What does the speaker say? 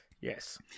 Yes